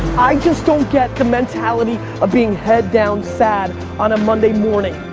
i just don't get the mentality of being head down sad on a monday morning.